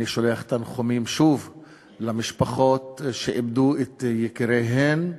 שולח שוב תנחומים למשפחות שאיבדו את יקיריהן.